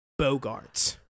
Bogarts